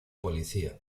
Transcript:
policía